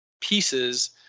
pieces